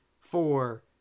four